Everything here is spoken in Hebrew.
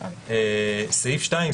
סעיף 2,